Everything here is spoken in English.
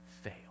fail